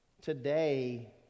today